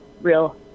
real